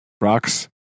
rocks